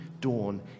dawn